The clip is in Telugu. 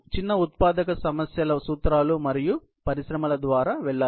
సన్నని ఉత్పాదక సమస్యల సూత్రాలు పరిశ్రమ ద్వారా వెళ్ళాలి